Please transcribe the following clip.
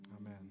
Amen